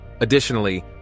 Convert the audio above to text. Additionally